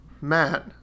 Matt